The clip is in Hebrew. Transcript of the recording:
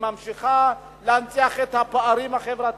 היא ממשיכה להנציח את הפערים החברתיים.